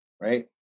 right